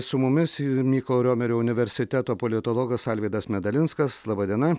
su mumis ir mykolo romerio universiteto politologas alvydas medalinskas laba diena